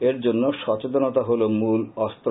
এর জন্য সচেতনতা হল মূল অস্ত্র